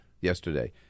yesterday